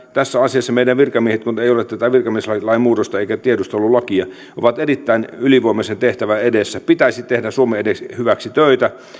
tässä asiassa meidän virkamiehemme kun ei ole tätä virkamieslain muutosta eikä tiedustelulakia ovat erittäin ylivoimaisen tehtävän edessä pitäisi tehdä suomen hyväksi töitä